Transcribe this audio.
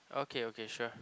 okay okay sure